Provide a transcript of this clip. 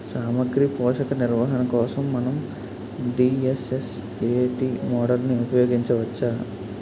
సామాగ్రి పోషక నిర్వహణ కోసం మనం డి.ఎస్.ఎస్.ఎ.టీ మోడల్ని ఉపయోగించవచ్చా?